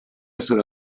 essere